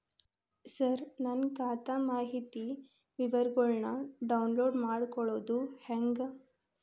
ಸರ ನನ್ನ ಖಾತಾ ಮಾಹಿತಿ ವಿವರಗೊಳ್ನ, ಡೌನ್ಲೋಡ್ ಮಾಡ್ಕೊಳೋದು ಹೆಂಗ?